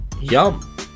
Yum